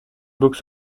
box